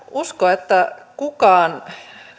usko että kukaan